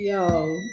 Yo